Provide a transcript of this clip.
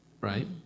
right